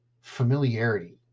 Familiarity